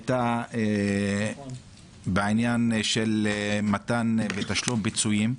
בעניין תשלום פיצויים.